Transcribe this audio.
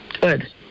Good